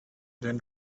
then